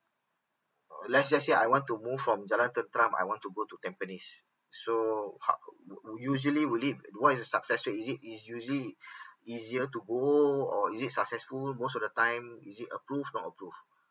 err let's just say I want to move from jalan tenteram I want to go to tampines so how wo~ usually would it what is the success rate it is it's usually easier to go or it successful most of the time is it approve or not approve